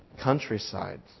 countryside